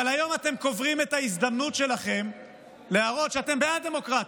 אבל היום אתם קוברים את ההזדמנות שלכם להראות שאתם בעד דמוקרטיה.